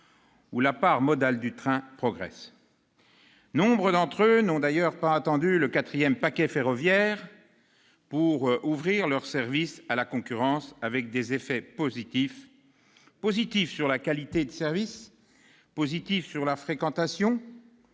où la part modale du train progresse. Nombre d'entre eux n'ont d'ailleurs pas attendu le quatrième paquet ferroviaire pour ouvrir leurs services à la concurrence, avec des effets positifs sur la qualité de service, sur la fréquentation,